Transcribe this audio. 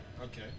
okay